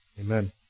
Amen